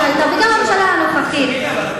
הרשויות המקומיות לא מסכימות להפקיע.